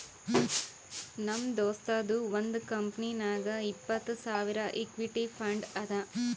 ನಮ್ ದೋಸ್ತದು ಒಂದ್ ಕಂಪನಿನಾಗ್ ಇಪ್ಪತ್ತ್ ಸಾವಿರ್ ಇಕ್ವಿಟಿ ಫಂಡ್ ಅದಾ